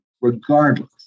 regardless